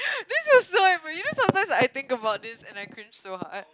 this is a so ever sometimes I think about this and I cringe so hard